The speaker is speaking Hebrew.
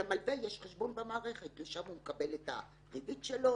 למלווה יש חשבון במערכת ולשם הוא מקבל את הריבית שלו,